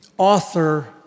Author